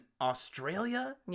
Australia